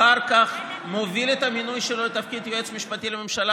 אחר כך מוביל את המינוי שלו לתפקיד היועץ המשפטי לממשלה,